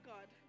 God